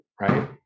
right